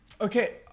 Okay